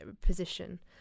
position